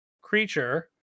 Creature